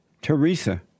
Teresa